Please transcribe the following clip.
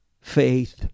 faith